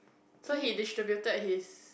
so he distributed his